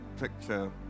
picture